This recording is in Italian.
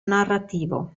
narrativo